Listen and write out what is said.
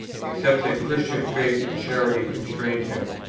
except that christian faith and charity constrained him?